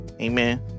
Amen